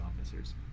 officers